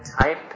type